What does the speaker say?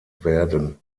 werden